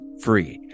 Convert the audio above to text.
free